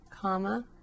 comma